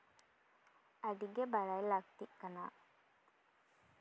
ᱟᱹᱰᱤᱜᱮ ᱵᱟᱲᱟᱭ ᱞᱟᱹᱠᱛᱤᱜ ᱠᱟᱱᱟ